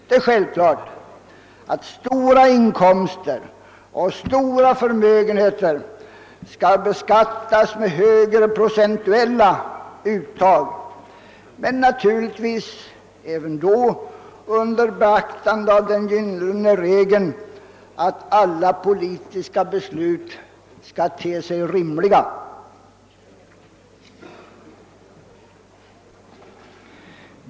Det är självklart att stora inkomster och stora förmögenheter skall beskattas med högre procentuella uttag, men naturligtvis då under beaktande av den gyllene regeln att alla politiska beslut skall te sig rimliga.